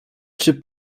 czy